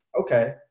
okay